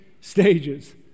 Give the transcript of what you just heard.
stages